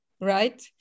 right